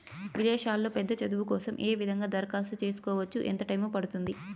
విదేశాల్లో పెద్ద చదువు కోసం ఏ విధంగా దరఖాస్తు సేసుకోవచ్చు? ఎంత టైము పడుతుంది?